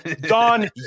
don